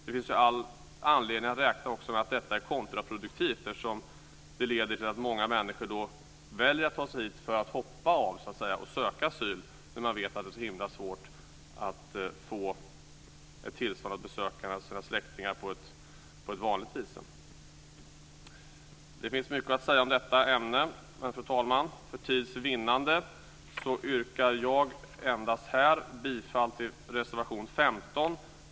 Det finns också all anledning att räkna med att detta är kontraproduktivt, eftersom det leder till att många människor väljer att ta sig hit för att hoppa av och söka asyl när man vet att det är så himla svårt att få tillstånd att besöka sina släktingar på ett vanligt visum. Det finns mycket att säga om detta ämne, men fru talman, för tids vinnande yrkar jag här bifall endast till reservation 15.